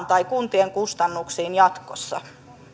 tai kuntien kustannuksiin jatkossa